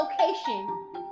location